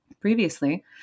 Previously